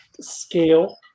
scale